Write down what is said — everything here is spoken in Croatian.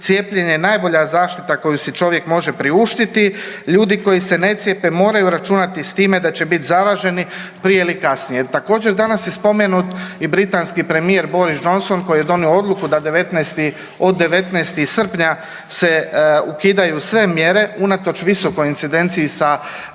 cijepljenje je najbolja zaštita koju si čovjek može priuštiti, ljudi koji se ne cijepe moraju računati s time da će biti zaraženi prije ili kasnije. Također, danas je spomenut i britanski premijer Boris Johnson koji je donio odluku da 19, od 19. srpnja se ukidaju sve mjere unatoč visokoj incidenciji sa Delta